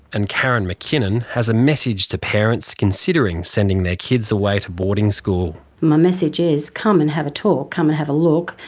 and karen mckinnon has a message to parents considering sending their kids away to boarding school. my message is come and have a talk, come and have a look.